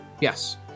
Yes